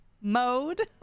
mode